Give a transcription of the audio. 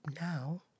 now